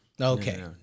Okay